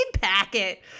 packet